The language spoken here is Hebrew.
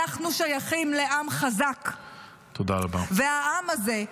אנחנו שייכים לעם חזק והעם הזה,